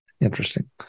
interesting